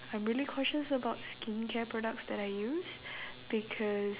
I'm really conscious about skincare products that I use because